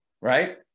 right